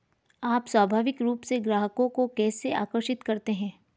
आप स्वाभाविक रूप से ग्राहकों को कैसे आकर्षित करते हैं?